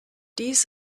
dies